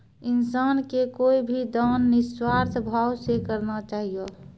इंसान के कोय भी दान निस्वार्थ भाव से करना चाहियो